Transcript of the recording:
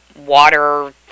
water